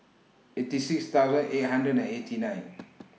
eighty six thousand eight hundred and eighty nine